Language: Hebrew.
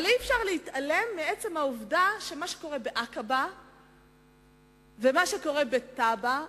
אבל אי-אפשר להתעלם מעצם העובדה שמה שקורה בעקבה ומה שקורה בטאבה,